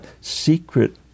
secret